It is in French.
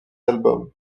albums